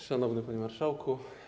Szanowny Panie Marszałku!